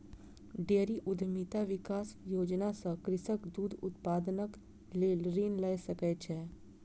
dairy उद्यमिता विकास योजना सॅ कृषक दूध उत्पादनक लेल ऋण लय सकै छै